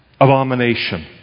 Abomination